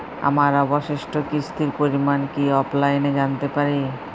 আমার অবশিষ্ট কিস্তির পরিমাণ কি অফলাইনে জানতে পারি?